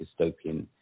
dystopian